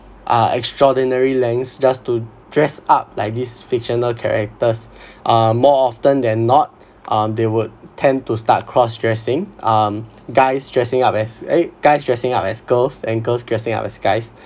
uh extraordinary lengths just to dress up like these fictional characters um more often than not um they would tend to start cross-dressing um guys dressing up as eh guys dressing up as girls and girls dressing up as guys